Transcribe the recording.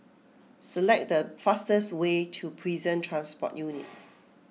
select the fastest way to Prison Transport Unit